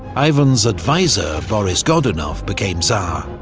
ivan's advisor boris godunov became tsar.